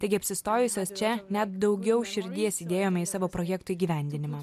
taigi apsistojusios čia net daugiau širdies įdėjome į savo projektų įgyvendinimą